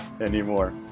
Anymore